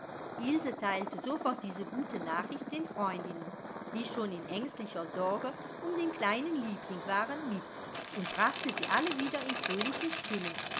sofort diese gute nachricht den freundinnen die schon in ängstlicher sorge um den kleinen liebling waren mit und brachte sie alle wieder in fröhliche stimmung